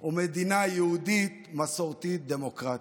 או מדינה יהודית, מסורתית, דמוקרטית.